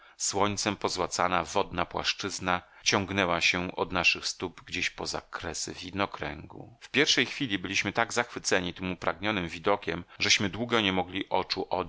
słońcem pozłocona wodna płaszczyzna ciągnęła się od naszych stóp gdzieś poza kresy widnokręgu w pierwszej chwili byliśmy tak zachwyceni tym upragnionym widokiem żeśmy długo nie mogli oczu odeń